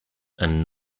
and